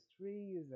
trees